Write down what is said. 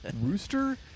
Rooster